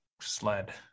sled